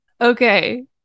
Okay